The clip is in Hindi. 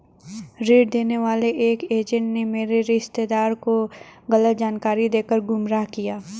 ऋण देने वाले एक एजेंट ने मेरे रिश्तेदार को गलत जानकारी देकर गुमराह किया